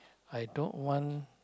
I don't want